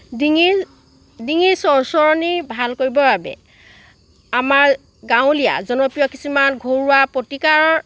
ডিঙিৰ ডিঙিৰ চৰচৰণি ভাল কৰিবৰ বাবে আমাৰ গাঁৱলীয়া জনপ্ৰিয় কিছুমান ঘৰুৱা প্ৰতিকাৰ